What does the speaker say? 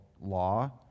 law